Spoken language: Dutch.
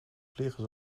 vliegen